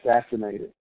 assassinated